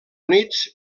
units